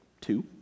two